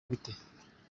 gute